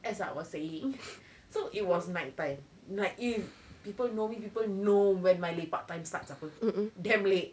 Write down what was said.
as I was saying so it was night time like if people know me people know when my lepak time starts apa damn late